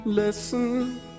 Listen